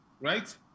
right